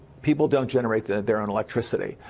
people don't generate their their own electricity.